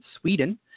Sweden